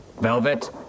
Velvet